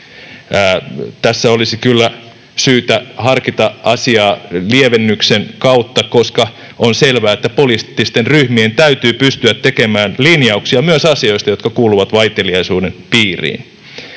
Tässä olisi kyllä syytä harkita asiaa lievennyksen kautta, koska on selvää, että poliittisten ryhmien täytyy pystyä tekemään linjauksia myös asioista, jotka kuuluvat vaiteliaisuuden piiriin,